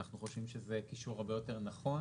אנחנו חושבים שזה קישור הרבה יותר נכון.